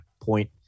point